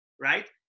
right